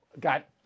got